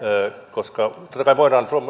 koska totta kai voidaan